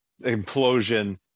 implosion